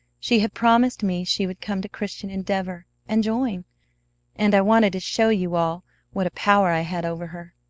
she had promised me she would come to christian endeavor, and join and i wanted to show you all what a power i had over her.